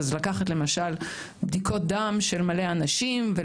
לקחת למשל בדיקות דם של מלא אנשים,